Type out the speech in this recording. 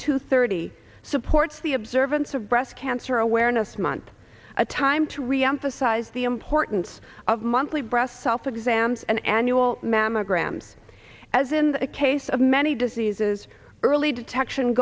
two thirty supports the observance of breast cancer awareness month a time to reemphasize the importance of monthly breast self exams and annual mammograms as in the case of many diseases early detection